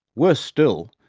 worse still,